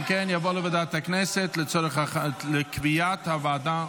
אם כן, תעבור לוועדת הכנסת לצורך קביעת הוועדה,